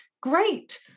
great